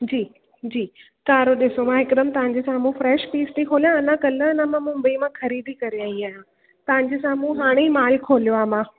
जी जी कारो ॾिसो मां हिकदमि तव्हांजे साम्हूं फ्रैश पीस थी खोलियां अञा कल्ह अञा मां मुंबई मां ख़रीदी करे आई आहियां तव्हांजे साम्हूं हाणे ई मालु खोलियो आहे मां